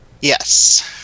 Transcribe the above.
Yes